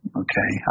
okay